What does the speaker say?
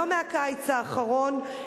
לא מהקיץ האחרון,